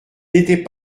n’étaient